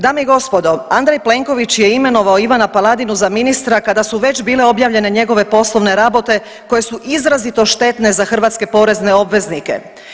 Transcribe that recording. Dame i gospodo, Andrej Plenković je imenovao Ivana Paladinu za ministra kada su već bile objavljene njegove poslovne rabote koje su izrazito štetne za hrvatske porezne obveznika.